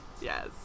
Yes